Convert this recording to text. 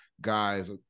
guys